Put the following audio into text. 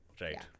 right